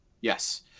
Yes